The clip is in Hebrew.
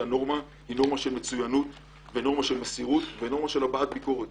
שהנורמה היא של מצוינות ונורמה של מסירות וגם של הטמעת ביקורת